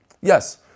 Yes